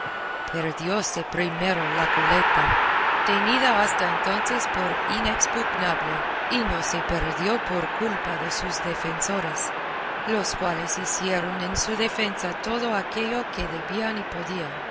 el fuerte perdióse primero la goleta tenida hasta entonces por inexpugnable y no se perdió por culpa de sus defensores los cuales hicieron en su defensa todo aquello que debían y podían